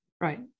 Right